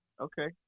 Okay